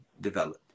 developed